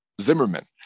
zimmerman